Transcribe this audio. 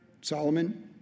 Solomon